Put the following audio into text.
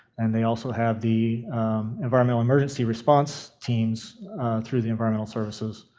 and they also have the environmental emergency response teams through the environmental services.